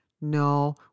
No